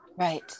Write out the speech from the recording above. right